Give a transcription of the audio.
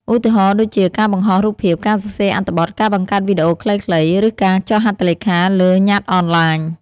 ឧទាហរណ៍ដូចជា ការបង្ហោះរូបភាព ការសរសេរអត្ថបទ ការបង្កើតវីដេអូខ្លីៗ ឬការចុះហត្ថលេខាលើញត្តិអនឡាញ។